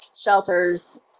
shelter's